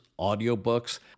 audiobooks